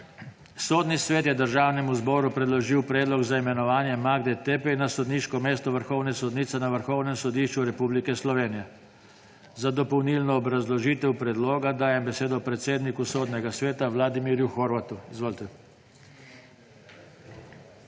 Sodni svet je Državnemu zboru predložil predlog za imenovanje Magde Teppey na sodniško mesto vrhovne sodnice na Vrhovnem sodišču Republike Slovenije. Za dopolnilno obrazložitev predloga dajem besedo predsedniku Sodnega sveta Vladimirju Horvatu. Izvolite.